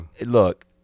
look